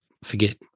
forget